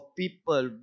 people